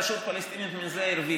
הרשות הפלסטינית מזה הרוויחה,